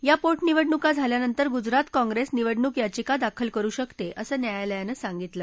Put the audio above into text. या पोटनिवडणुका झाल्यानंतर गुजरात काँग्रेस निवडणूक याचिका दाखल करू शकते असं न्यायालयानं सांगितलं